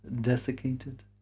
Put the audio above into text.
desiccated